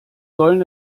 sollen